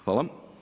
Hvala.